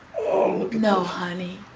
oh no honey